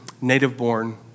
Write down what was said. native-born